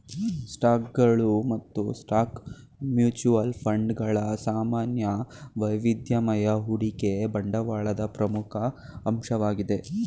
ಸ್ಟಾಕ್ಗಳು ಮತ್ತು stock mutual fund ಗಳ ಸಾಮಾನ್ಯ ವೈವಿಧ್ಯಮಯ ಹೂಡಿಕೆ ಬಂಡವಾಳದ ಪ್ರಮುಖ ಅಂಶವಾಗಿದೆ